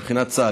מבחינת צה"ל.